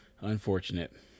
Unfortunate